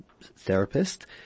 therapist